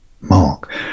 Mark